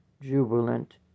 jubilant